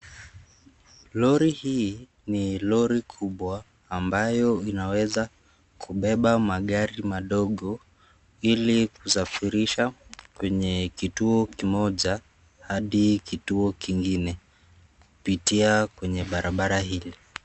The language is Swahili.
Roli hii, ni roli kubwa, ambayo inaweza, kubeba magari madogo, ili kusafirisha kwenye kituo kimoja, hadi kituo kingine, kupitia kwenye bara bara hile.